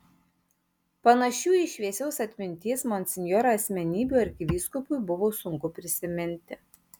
panašių į šviesios atminties monsinjorą asmenybių arkivyskupui buvo sunku prisiminti